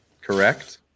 correct